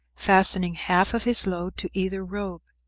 fastening half of his load to either rope.